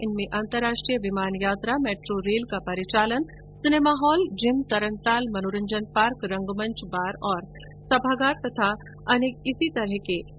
इनमें अंतर्राष्ट्रीय विमान यात्रा मेट्रो रेल का परिचालन सिनेमा हॉल जिम तरणताल मनोरंजन पार्क रंगमंच बार और सभागार तथा अन्य इसी तरह के स्थल शामिल हैं